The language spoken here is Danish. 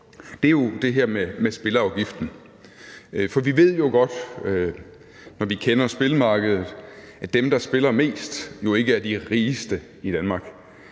er jo det her med spilleafgiften. For vi ved jo godt, når vi kender spillemarkedet, at dem, der spiller mest, jo ikke er de rigeste i Danmark.